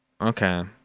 Okay